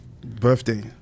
birthday